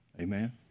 Amen